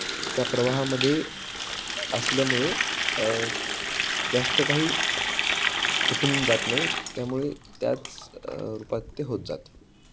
त्या प्रवाहामध्ये असल्यामुळे जास्त काही कठीण जात नाही त्यामुळे त्याच रूपात ते होत जातं